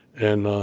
and